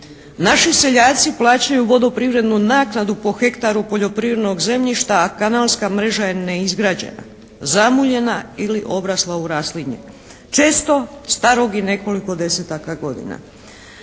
Naši seljaci plaćaju vodoprivrednu naknadnu po hektaru poljoprivrednog zemljišta, a kanalska mreža je neizgrađena. Zamuljena ili obrasla u raslinje, često starog i nekoliko 10-aka godina.